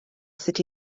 sut